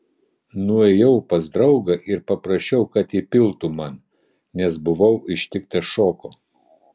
nuėjau pas draugą ir paprašiau kad įpiltų man nes buvau ištiktas šoko